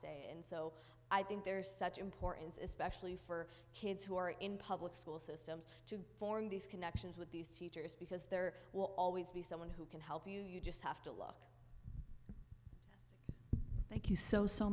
say and so i think there's such importance especially for kids who are in public school systems to form these connections with these teachers because there will always be someone who can help you you just have to love thank you so so